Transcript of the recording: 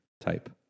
type